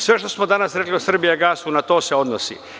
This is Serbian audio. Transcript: Sve što smo danas rekli o „Srbijagasu“, na to se odnosi.